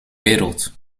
wereld